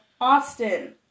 Austin